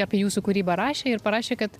apie jūsų kūrybą rašė ir parašė kad